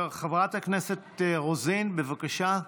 חברת הכנסת רוזין, בבקשה.